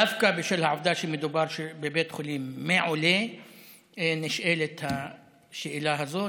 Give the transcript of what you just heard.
דווקא בשל העובדה שמדובר בבית חולים מעולה נשאלת השאלה הזאת,